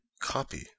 copy